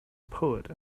poet